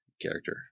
character